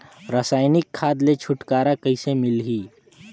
रसायनिक खाद ले छुटकारा कइसे मिलही?